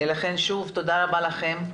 לכן שוב תודה רבה לכם.